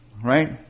right